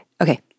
Okay